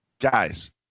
guys